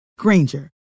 Granger